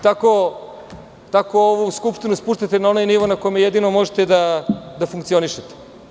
Tako ovu Skupštinu spuštate na onaj nivo na kome jedino možete da funkcionišete.